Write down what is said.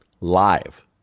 live